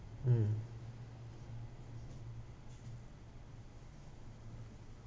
mm